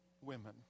women